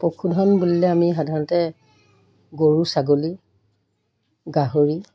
পশুধন বুলিলে আমি সাধাৰণতেগৰু ছাগলী গাহৰি